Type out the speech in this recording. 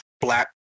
Black